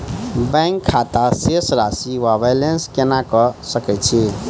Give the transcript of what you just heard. Bank खाता शेष राशि वा बैलेंस केना कऽ सकय छी?